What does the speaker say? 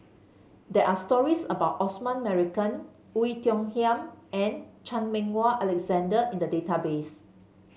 there are stories about Osman Merican Oei Tiong Ham and Chan Meng Wah Alexander in the database